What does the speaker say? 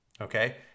Okay